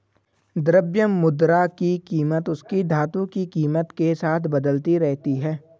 द्रव्य मुद्रा की कीमत उसकी धातु की कीमत के साथ बदलती रहती है